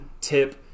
tip